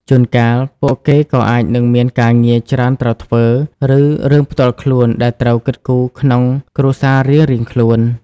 ជួនកាល ពួកគេក៏អាចនឹងមានការងារច្រើនត្រូវធ្វើ ឬរឿងផ្ទាល់ខ្លួនដែលត្រូវគិតគូរក្នុងគ្រួសាររៀងៗខ្លួន។